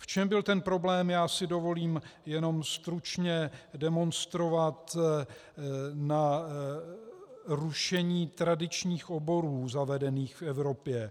V čem byl ten problém, si dovolím jenom stručně demonstrovat na rušení tradičních oborů zavedených v Evropě.